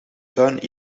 tuin